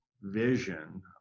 vision